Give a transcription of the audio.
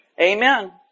Amen